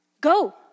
go